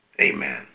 amen